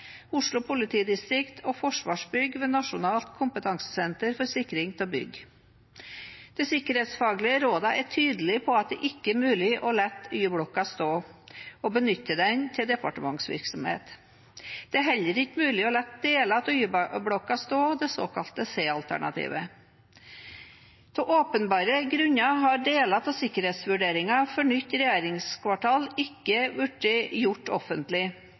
Oslo politidistrikt og Forsvarsbygg ved Nasjonalt kompetansesenter for sikring av bygg. De sikkerhetsfaglige rådene er tydelige på at det ikke er mulig å la Y-blokka stå og benytte den til departementsvirksomhet. Det er heller ikke mulig å la deler av Y-blokka stå, det såkalte C-alternativet. Av åpenbare grunner har deler av sikkerhetsvurderingen for nytt regjeringskvartal ikke blitt gjort offentlig,